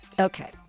okay